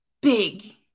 big